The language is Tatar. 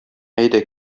әйдә